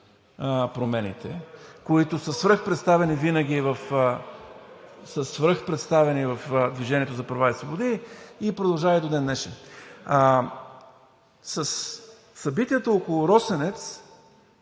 промените, които са свръхпредставени винаги в „Движението за права и свободи“ и продължава и до ден днешен. Със събитията около „Росенец“,